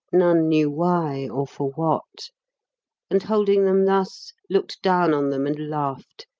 none knew why or for what and holding them thus, looked down on them and laughed,